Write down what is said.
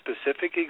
specific